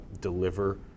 deliver